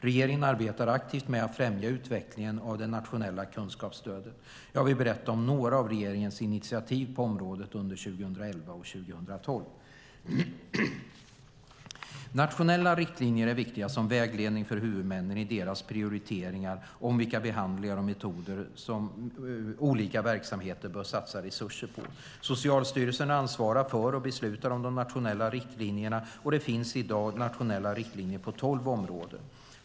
Regeringen arbetar aktivt med att främja utvecklingen av det nationella kunskapsstödet. Jag vill berätta om några av regeringens initiativ på området under 2011 och 2012. Nationella riktlinjer är viktiga som vägledning för huvudmännen i deras prioriteringar av vilka behandlingar och metoder som olika verksamheter bör satsa resurser på. Socialstyrelsen ansvarar för och beslutar om de nationella riktlinjerna, och det finns i dag nationella riktlinjer på tolv områden.